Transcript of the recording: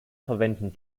verwenden